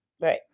Right